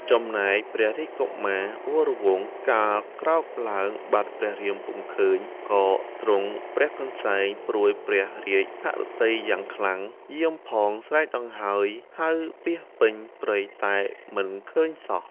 ចំណែកព្រះរាជកុមារវរវង្ស កាលក្រោកឡើងបាត់ព្រះរៀមពុំឃើញ ក៏ទ្រង់ព្រះកន្សែងព្រួយព្រះរាជហឫទ័យយ៉ាងខ្លាំង យាងផងស្រែកដង្ហោយហៅពាសពេញព្រៃ តែមិនឃើញសោះ។